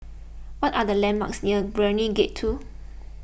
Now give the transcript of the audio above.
what are the landmarks near Brani Gate two